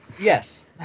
yes